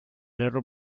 little